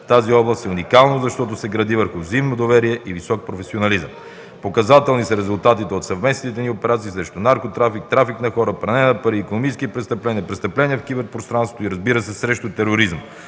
тази област, е уникално, защото се гради върху взаимно доверие и висок професионализъм. Показателни са резултатите от съвместните ни операции срещу наркотрафика, трафик на хора, пране на пари, икономически престъпления, престъпления в кибер пространството, и разбира се, срещу тероризма.